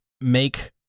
make